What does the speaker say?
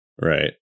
right